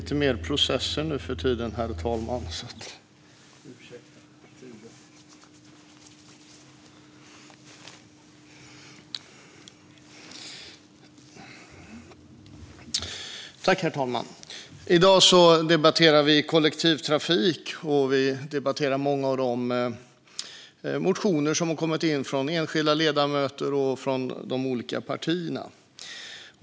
Herr talman! I dag debatterar vi kollektivtrafik, och vi debatterar många av de motioner som kommit in från enskilda ledamöter och från de olika partierna.